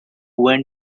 went